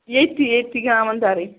ییٚتی ییٚتی گامن دَرٕے